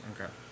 Okay